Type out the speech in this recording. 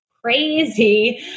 crazy